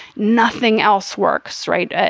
nothing else works. right.